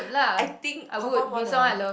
I think confirm wanna